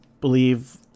believe